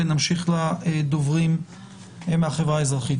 ונמשיך לדוברים מהחברה האזרחית,